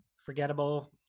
forgettable